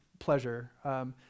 Pleasure